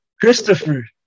Christopher